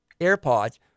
AirPods